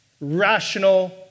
rational